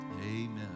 Amen